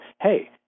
hey